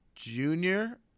junior